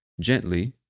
gently